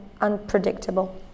unpredictable